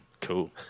Cool